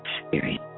experience